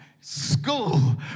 school